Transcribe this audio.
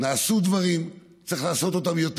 נעשו דברים, צריך לעשות אותם יותר.